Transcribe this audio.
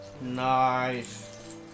Nice